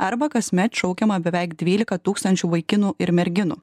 arba kasmet šaukiama beveik dvylika tūkstančių vaikinų ir merginų